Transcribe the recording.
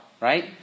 right